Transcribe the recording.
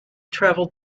traveled